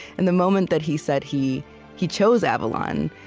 and the moment that he said he he chose avalon,